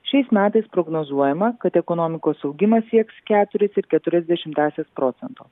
šiais metais prognozuojama kad ekonomikos augimas sieks keturis ir keturias dešimtąsias procento